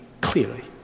clearly